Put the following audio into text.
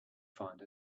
find